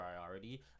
priority